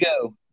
go